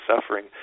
suffering